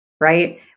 right